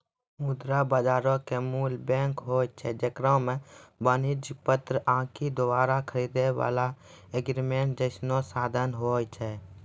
मुद्रा बजारो के मूल बैंक होय छै जेकरा मे वाणिज्यक पत्र आकि दोबारा खरीदै बाला एग्रीमेंट जैसनो साधन होय छै